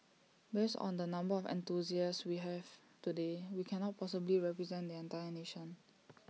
based on the number of enthusiasts we have today we cannot possibly represent the entire nation